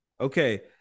okay